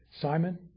Simon